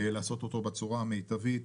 לעשות אותו בצורה המיטבית.